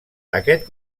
aquest